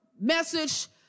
message